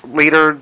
later